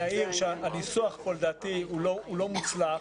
הניסוח פה לדעתי לא מוצלח.